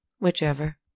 Whichever